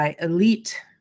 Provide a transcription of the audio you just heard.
elite